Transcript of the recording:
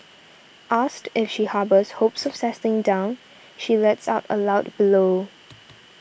asked if she harbours hopes of settling down she lets out a loud bellow